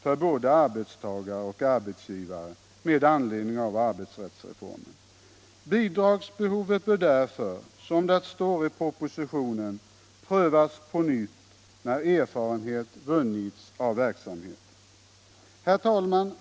för både arbetstagare och arbetsgivare med anledning av arbetsrättsreformen. Bidragsbehovet bör därför, som det står i propositionen, prövas på nytt när erfarenhet vunnits av verksamheten. Herr talman!